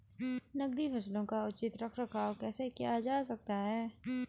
नकदी फसलों का उचित रख रखाव कैसे किया जा सकता है?